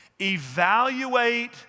evaluate